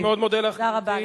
אני מאוד מודה לך, גברתי.